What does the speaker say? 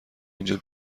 اینجا